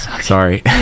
Sorry